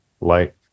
light